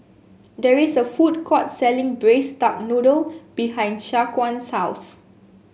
there is a food court selling Braised Duck Noodle behind Shaquan's house